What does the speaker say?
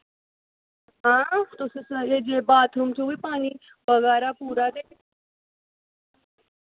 हां तुस बाथरूम च बी पानी बगै दा ऐ पूरा ते